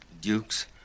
Dukes